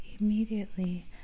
immediately